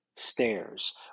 stairs